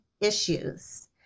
issues